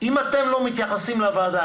אתם לא מתייחסים לוועדה,